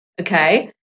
Okay